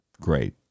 Great